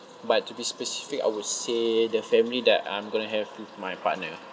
but to be specific I would say the family that I'm going to have with my partner